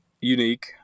unique